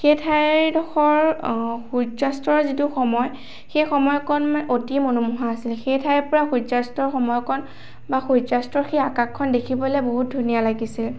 সেই ঠাইডোখৰৰ সূৰ্যাস্তৰ যিটো সময় সেই সময়কণ অতি মনোমোহা আছিল সেই ঠাইৰ পৰা সূৰ্যাস্তৰ সময়কণ বা সূৰ্যাস্তৰ সেই আকাশখন দেখিবলৈ বহুত ধুনীয়া লাগিছিল